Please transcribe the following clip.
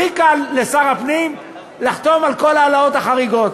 הכי קל לשר הפנים לחתום על כל ההעלאות החריגות.